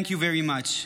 Thank you very much.